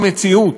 במציאות.